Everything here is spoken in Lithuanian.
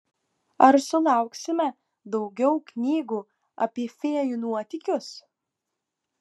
ar sulauksime daugiau knygų apie fėjų nuotykius